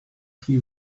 she